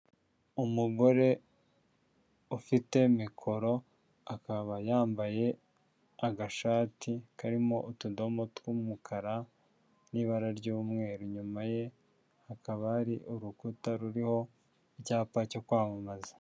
Umugore ufite mikoro, akaba yambaye agashati karimo utudomo tw'umukara n'ibara ry'mweru, inyuma ye hakaba hari urukuta ruriho icyapa cyo kwamamaza.